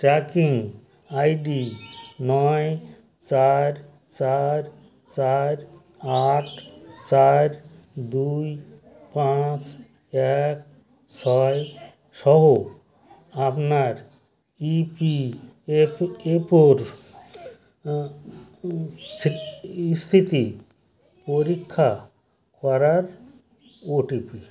tracking ID নয় চার চার চার আট চার দুই পাঁচ এক ছয় সহ আপনার ইপিএফএফওর স্থিতি পরীক্ষা করার ওটিপি